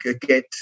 get